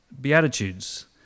Beatitudes